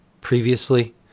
previously